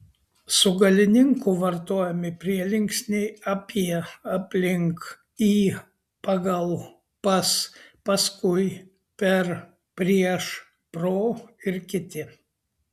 su galininku vartojami prielinksniai apie aplink į pagal pas paskui per prieš pro ir kiti